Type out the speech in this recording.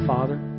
Father